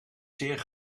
zeer